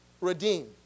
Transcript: redeem